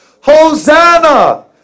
Hosanna